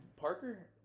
Parker